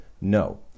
No